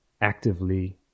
actively